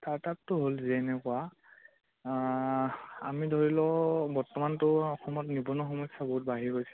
ষ্টাৰ্টআপটো হ'ল যে এনেকুৱা আমি ধৰি লওক বৰ্তমানতো অসমত নিবনুৱা সমস্যা বহুত বাঢ়ি গৈছে